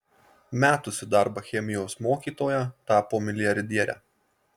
metusi darbą chemijos mokytoja tapo milijardiere